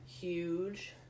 huge